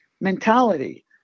mentality